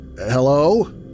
Hello